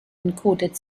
encoded